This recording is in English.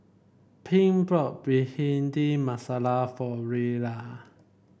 Pink bought Bhindi Masala for Rella